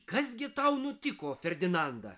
kas gi tau nutiko ferdinanda